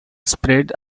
spread